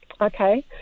okay